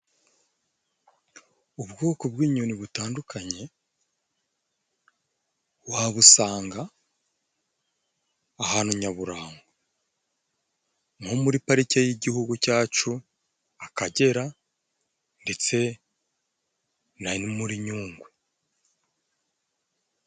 Ubwoko bw'inyoni butandukanye wabusanga ahantu nyaburanga. Nko muri parike y'igihugu cyacu Akagera, ndetse na muri Nyungwe.